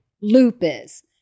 lupus